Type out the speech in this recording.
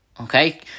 okay